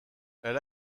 elle